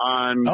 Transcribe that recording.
on